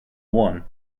one